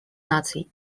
наций